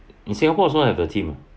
in singapore also have a team ah